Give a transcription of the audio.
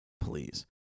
please